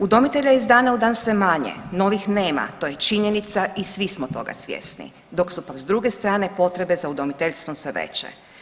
Udomitelja je iz dana u dan sve manje, novih nema, to je činjenica i svi smo toga svjesni, dok su pak s druge strane potrebe za udomiteljstvom sve veće.